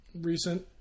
recent